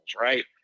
right